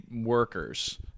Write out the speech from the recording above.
workers